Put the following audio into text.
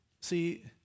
See